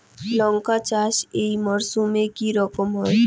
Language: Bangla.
লঙ্কা চাষ এই মরসুমে কি রকম হয়?